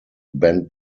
ben